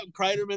Kreiderman